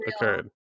occurred